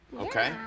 Okay